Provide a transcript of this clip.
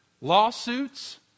lawsuits